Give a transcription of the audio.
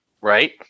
Right